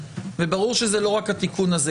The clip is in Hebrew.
וברור שזה לא רק התיקון הזה.